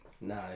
No